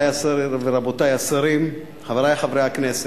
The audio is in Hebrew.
רבותי השרים, חברי חברי הכנסת,